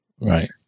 Right